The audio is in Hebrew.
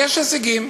יש הישגים.